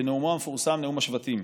בנאומו המפורסם "נאום השבטים".